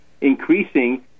increasing